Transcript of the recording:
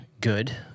Good